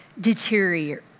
deteriorate